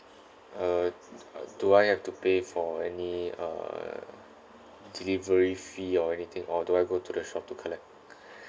uh do I do I have to pay for any uh delivery fee or anything or do I go to the shop to collect